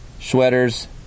sweaters